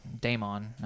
Daemon